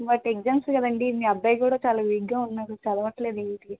but exams కదండీ మీ అబ్బాయి కూడా చాలా వీక్గా ఉన్నాడు చదవట్లేదు దేనికి